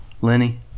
lenny